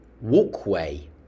walkway